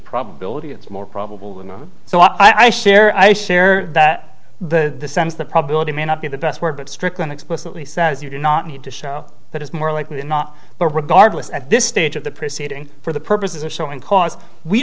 probability it's more probable than the so i share i share that the sense the probability may not be the best word but strickland explicitly says you do not need to show that it's more likely than not but regardless at this stage of the preceeding for the purposes of showing cause we